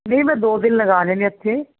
ਨਈਂ ਮੈਂ ਦੋ ਦਿਨ ਲਗਾਨੇ ਨੇ ਐਥੇ